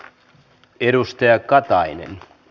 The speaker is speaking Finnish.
hän edusti aikaa tai